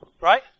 Right